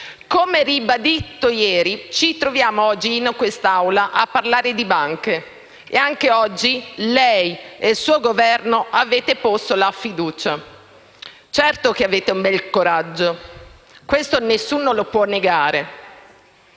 Come ribadito ieri, ci troviamo oggi in quest'Aula a parlare di banche e anche oggi lei e il suo Governo avete posto la fiducia. Certo che avete un bel coraggio: questo nessuno lo può negare.